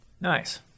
Nice